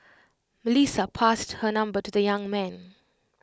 Melissa passed her number to the young man